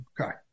Okay